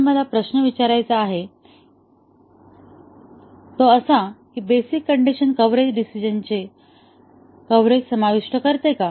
पण मला जो प्रश्न विचारायचा आहे तो असा आहे कीबेसिक कण्डिशन कव्हरेज डिसिजनचे कव्हरेज समाविष्ट करते का